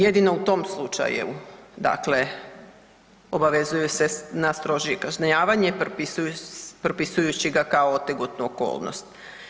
Jedino u tom slučaju dakle obavezuju se na strožije kažnjavanje i propisujući ga kao otegotnu okolnost.